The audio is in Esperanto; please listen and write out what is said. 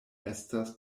estas